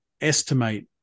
estimate